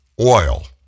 oil